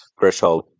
threshold